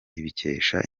ibikesha